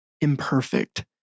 imperfect